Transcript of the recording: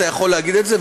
אתה יכול להגיד את זה,